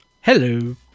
Hello